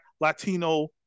Latino